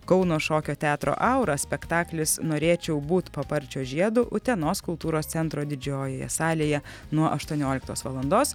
kauno šokio teatro aura spektaklis norėčiau būt paparčio žiedu utenos kultūros centro didžiojoje salėje nuo aštuonioliktos valandos